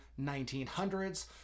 1900s